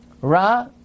Ra